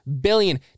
billion